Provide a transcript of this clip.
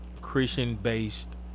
Christian-based